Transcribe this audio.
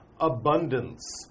Abundance